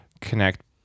Connect